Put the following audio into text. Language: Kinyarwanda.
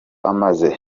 amaze